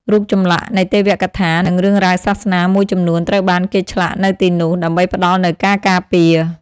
រូបចម្លាក់នៃទេវកថា និងរឿងរ៉ាវសាសនាមួយចំនួនត្រូវបានគេឆ្លាក់នៅទីនោះ ដើម្បីផ្តល់នូវការការពារ។